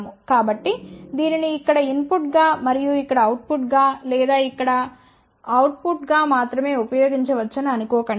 కాబట్టి దీనిని ఇక్కడ ఇన్పుట్గా మరియు ఇక్కడ అవుట్పుట్గా లేదా ఇక్కడ అవుట్పుట్గా మాత్రమే ఉపయోగించవచ్చని అనుకోకండి